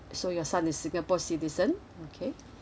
so your son is singapore citizen okay